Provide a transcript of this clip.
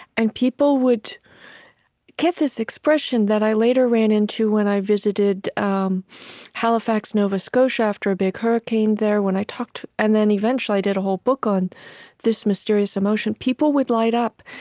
and people would get this expression that i later ran into when i visited um halifax, nova scotia after a big hurricane there, when i talked. and then eventually i did a whole book, on this mysterious emotion. people would light up,